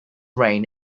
reign